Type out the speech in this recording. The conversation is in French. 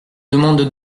demande